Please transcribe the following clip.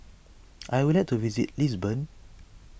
I would like to visit Lisbon